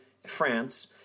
France